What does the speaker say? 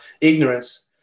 ignorance